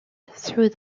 through